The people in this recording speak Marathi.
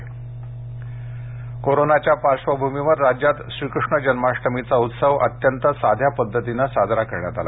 जन्माष्टमी कोरोनाच्या पार्श्वभूमीवर राज्यात श्रीकृष्ण जन्माष्टमीचा उत्सव अत्यंत साध्या पद्धतीनं साजरा करण्यात आला